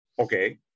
okay